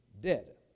dead